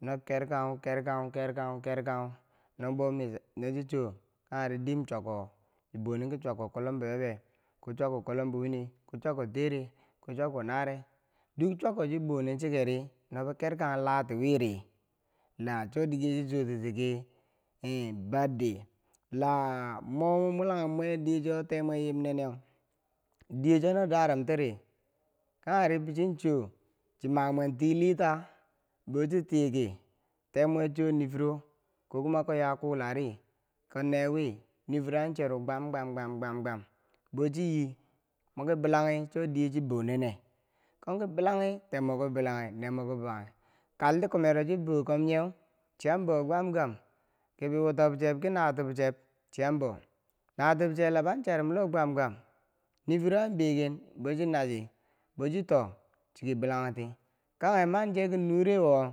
no kerkanghu kerkanghu kerkanghu kerkanghu nobou micha nochi cho kangheri dim chwiyako chibonen ki chwiyako koblombo yobe ko chwiyako koblombo wine, ko chwiyako teere ko chwiyako naare duk chwiyako chibonen chikeri no bou ker kanghu lati wiri la chodike chi choti chiki i- badde la mwo mwe mulanghum mwe deye cho tee mwe yim neneu diye cho no darun tiri kangheri bi chincho chi mamweng tilita bouchitiki teemwe cho nifiro ko kuma a ko yakulari ko newi nifiro a chereu gwam gwam gwam gwam gwam bouchiyi mweki bilanghe cho diye chibonene komki bilanghe teeb mweb bokibilanghi neemwebo ki bilanghi kaltiku me chibokom nyeu chiyan bou gwam gwam kibi wutobcheb ki natubcheb chiyan bou natub cheleb chiyan cherum lo gwam gwam nifiro an begen bouchi nachi bouchito chibikilanti kanghe manche kinurewo.